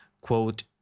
quote